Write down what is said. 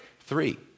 Three